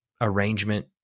arrangement